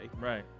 Right